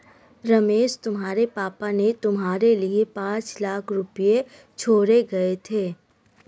रमेश तुम्हारे पापा ने तुम्हारे लिए पांच लाख रुपए छोड़े गए थे